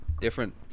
different